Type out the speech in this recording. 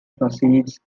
proceeds